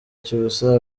cyusa